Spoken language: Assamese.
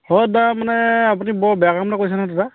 হয় দাদা মানে আপুনি বৰ বেয়া কাম এটা কৰিছে নহয় দাদা